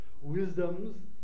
wisdoms